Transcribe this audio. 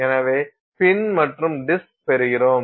எனவே பின் மற்றும் டிஸ்க் பெறுகிறோம்